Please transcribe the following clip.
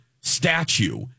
statue